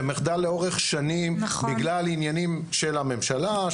זה מחדל לאורך שנים בגלל עניינים של הממשלה,